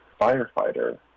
firefighter